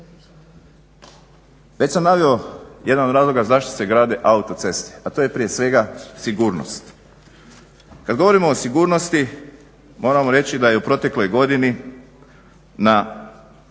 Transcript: Već sam naveo jedan od razloga zašto se grade autoceste, a to je prije svega sigurnost. Kad govorimo o sigurnosti moramo reći da je u protekloj godini na